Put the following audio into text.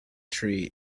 tree